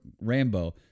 Rambo